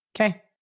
Okay